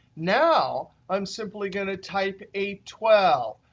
now, i'm simply going to type a twelve.